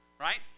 right